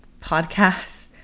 podcasts